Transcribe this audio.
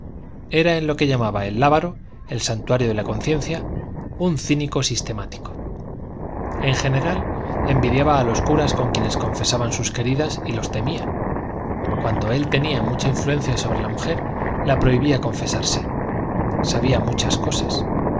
era en lo que llamaba el lábaro el santuario de la conciencia un cínico sistemático en general envidiaba a los curas con quienes confesaban sus queridas y los temía cuando él tenía mucha influencia sobre una mujer la prohibía confesarse sabía muchas cosas